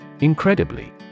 Incredibly